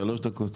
שלוש דקות.